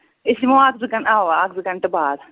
أسۍ یِمو اَکھ زٕ گَن اَوا اَکھ زٕ گنٛٹہٕ بعد